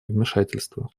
вмешательства